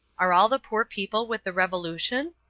are all the poor people with the revolution?